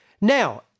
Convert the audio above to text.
Now